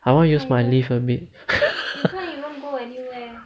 I want use my leave a bit